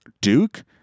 Duke